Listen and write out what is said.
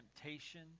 temptation